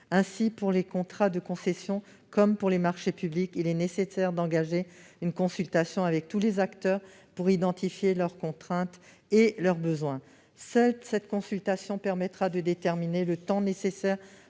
Ainsi, pour les contrats de concession comme pour les marchés publics, il est nécessaire d'engager une consultation de l'ensemble des acteurs pour identifier leurs contraintes et leurs besoins. Seule cette consultation permettra de déterminer le temps nécessaire